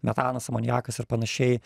metanas amoniakas ir panašiai